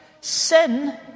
Sin